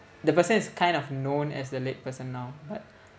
the person is kind of known as the late person now but